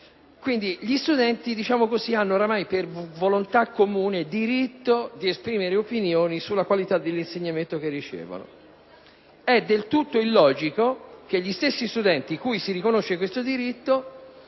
Gli studenti dunque hanno ormai, per volontà comune, il diritto di esprimere opinioni sulla qualità dell'insegnamento che ricevono. È del tutto illogico che gli studenti cui si riconosce questo diritto